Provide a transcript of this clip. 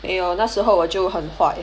!aiyo! 那时候我就很坏